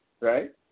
Right